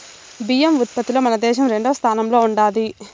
బియ్యం ఉత్పత్తిలో మన దేశం రెండవ స్థానంలో ఉండాది